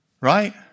Right